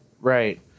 Right